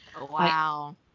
Wow